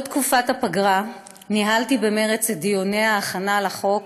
כל תקופת הפגרה ניהלתי במרץ את דיוני ההכנה של החוק,